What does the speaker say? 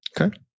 Okay